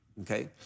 okay